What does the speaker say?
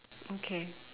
okay